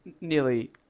nearly